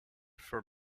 for